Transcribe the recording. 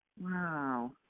Wow